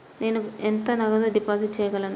నేను ఎంత నగదు డిపాజిట్ చేయగలను?